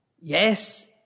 Yes